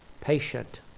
patient